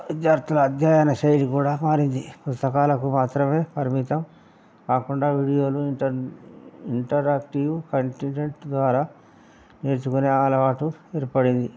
విద్యార్థుల అధ్యయన శైలి కూడా మారింది పుస్తకాలకు మాత్రమే పరిమితం కాకుండా వీడియోలు ఇ ఇంటరాక్టివ్ కంటెంట్ ద్వారా నేర్చుకునే అలవాటు ఏర్పడింది